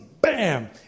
bam